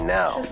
now